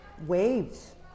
waves